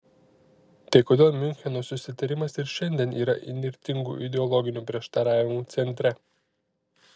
tai kodėl miuncheno susitarimas ir šiandien yra įnirtingų ideologinių prieštaravimų centre